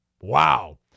Wow